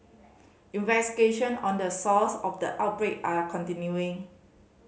investigation on the source of the outbreak are continuing